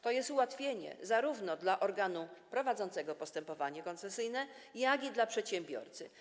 To jest ułatwienie zarówno dla organu prowadzącego postępowanie koncesyjne, jak i dla przedsiębiorcy.